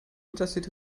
intercity